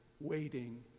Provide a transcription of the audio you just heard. waiting